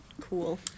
Cool